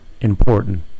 important